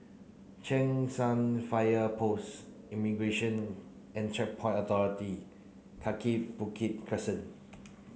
Cheng San Fire Post Immigration and Checkpoint Authority Kaki Bukit Crescent